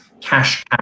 cash